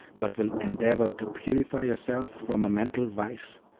but will endeavor to purify yourself from a mental vice,